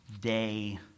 day